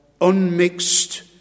unmixed